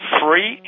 free